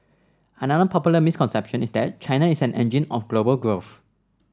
another popular misconception is that China is an engine of global growth